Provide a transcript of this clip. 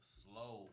slow